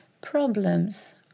problems